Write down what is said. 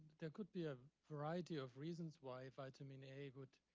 there could be a variety of reasons why vitamin a would